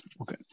Okay